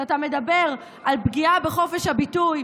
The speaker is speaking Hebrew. שאתה מדבר על פגיעה בחופש הביטוי,